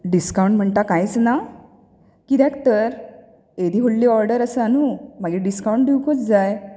discount म्हणटा कांयच ना कित्याक तर एदी व्हडली ऑर्डर आसा न्हू मागीर डिस्कावंट दिवंकूच जाय